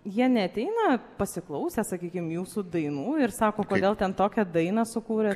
jie neateina pasiklausę sakykim jūsų dainų ir sako kodėl ten tokią dainą sukūrėt